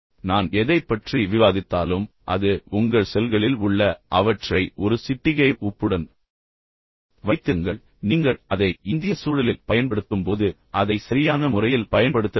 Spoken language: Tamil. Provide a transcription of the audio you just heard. இப்போது நான் எதைப் பற்றி விவாதித்தாலும் அது உங்கள் செல்களில் உள்ள அடிப்படைகள் ஆனால் அவற்றை ஒரு சிட்டிகை உப்புடன் வைத்திருங்கள் எனவே நீங்கள் அதை இந்திய சூழலில் பயன்படுத்தும்போது அதை சரியான முறையில் பயன்படுத்த வேண்டும்